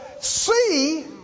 see